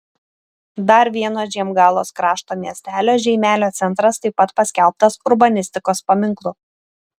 dar vieno žiemgalos krašto miestelio žeimelio centras taip pat paskelbtas urbanistikos paminklu